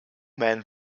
men